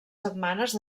setmanes